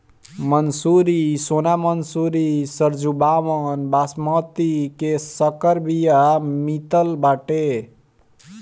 मंसूरी, सोना मंसूरी, सरजूबावन, बॉसमति के संकर बिया मितल बाटे